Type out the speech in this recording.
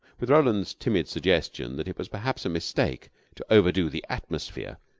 with roland's timid suggestion that it was perhaps a mistake to overdo the atmosphere,